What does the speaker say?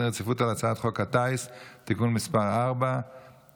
רציפות על הצעת חוק הטיס (תיקון מס' 3),